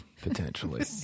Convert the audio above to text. potentially